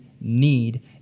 need